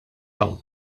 hawn